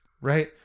Right